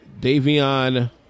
Davion